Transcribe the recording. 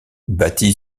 bâtie